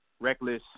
reckless